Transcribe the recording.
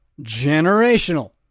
generational